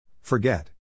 Forget